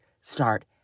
start